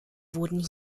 wurden